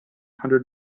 hundred